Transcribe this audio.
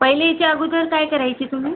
पहिले याच्या अगोदर काय करायचे तुम्ही